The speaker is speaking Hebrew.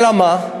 אלא מה?